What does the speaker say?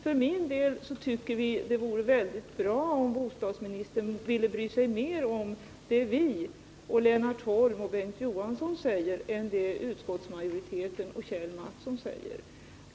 För vår del tycker vi att det vore väldigt bra om bostadsministern ville bry sig mer om det vi och Lennart Holm och Bengt Johansson säger än det Kjell Mattsson och utskottsmajoriteten i övrigt anför.